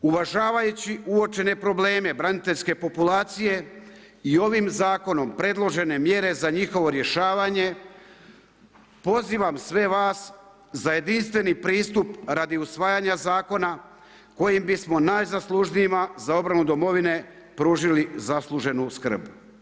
Uvažavajući uočene probleme braniteljske populacije i ovim zakonom predložene mjere za njihovo rješavanje, pozivam sve vas za jedinstveni pristup radi usvajanja zakona kojim bi smo najzaslužnijima za obranu domovine pružili zasluženu skrb.